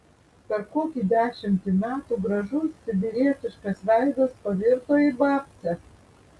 per kokį dešimtį metų gražus sibirietiškas veidas pavirto į babcę